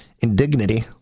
indignity